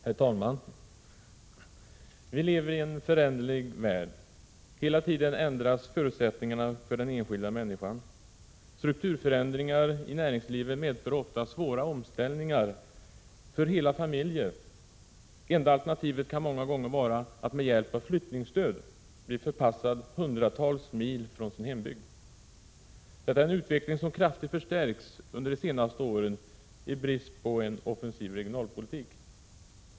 Herr talman! Vi lever i en föränderlig värld. Hela tiden ändras förutsättningarna för den enskilda människan. Strukturförändringar i näringslivet medför ofta svåra omställningar för hela familjer. Enda alternativet kan många gånger vara att med hjälp av flyttningsstöd bli förpassad hundratals mil från sin hembygd. Detta är en utveckling som kraftigt förstärkts under de senaste åren, i brist på en offensiv regionalpolitik.